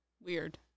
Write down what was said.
Weird